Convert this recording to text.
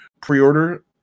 pre-order